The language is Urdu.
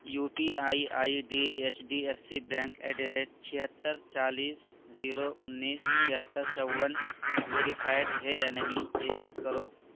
you P I I D H D F C bank at the rate چھہتر چالیس زیرو انیس چھہتر چون ویریفائڈ ہے یا نہیں یہ چیک کرو